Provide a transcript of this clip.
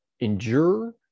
endure